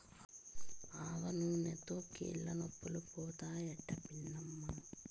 ఆవనూనెతో కీళ్లనొప్పులు పోతాయట పిన్నమ్మా